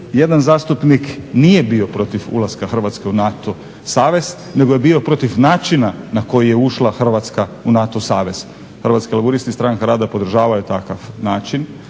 jedan zastupnik nije bio protiv ulaska Hrvatske u NATO savez nego je bio protiv načina na koji je ušla Hrvatska u NATO savez. Hrvatski laburisti i Stranka rada podržavaju takav način